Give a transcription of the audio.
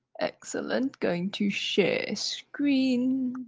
excellent. going to share screen.